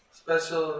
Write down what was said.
Special